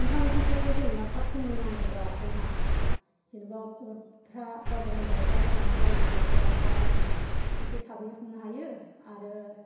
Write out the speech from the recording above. ओंखाम ओंख्रिखौ जेनोबा थाब फोमोननांगौबा जोंहा जेनोबा अरफ्रा बा बन लायफ्रा जायोबा गोरानबा जोङो इसे थाबैनो संनो हायो आरो